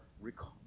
recall